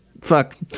fuck